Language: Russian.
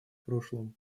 прошлом